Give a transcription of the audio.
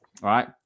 Right